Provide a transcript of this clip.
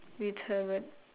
with her but